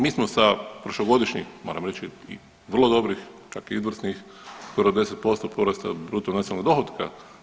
Mi smo sa prošlogodišnjih moram reći i vrlo dobrih, čak i izvrsnih skoro 10% porasli od bruto nacionalnog dohotka.